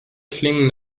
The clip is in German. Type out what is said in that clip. klingen